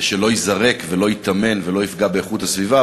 שלא ייזרק ולא ייטמן ולא יפגע באיכות הסביבה,